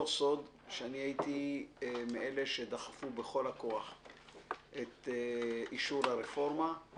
לא סוד שהייתי מאלה שדחפו בכל כוח את אישור הרפורמה,